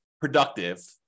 productive